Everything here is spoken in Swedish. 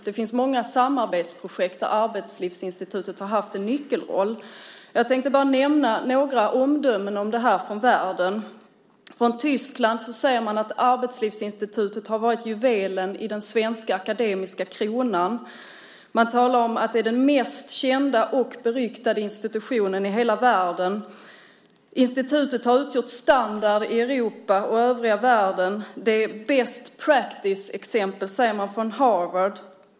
Det finns många samarbetsprojekt där Arbetslivsinstitutet har haft en nyckelroll. Jag tänkte bara nämna några omdömen om det här från världen. Från Tyskland säger man att Arbetslivsinstitutet har varit juvelen i den svenska akademiska kronan. Man talar om att det är den mest kända och beryktade institutionen i hela världen. Institutet har utgjort standard i Europa och övriga världen. Det är best practice exempel, säger man från Harvard.